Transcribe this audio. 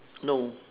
no